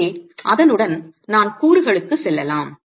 எனவே அதனுடன் நான் கூறுகளுக்கு செல்லலாம்